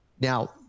now